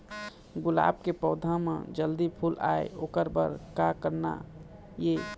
गुलाब के पौधा म जल्दी फूल आय ओकर बर का करना ये?